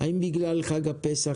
האם בגלל חג הפסח,